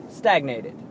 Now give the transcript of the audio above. stagnated